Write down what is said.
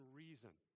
reason